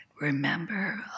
remember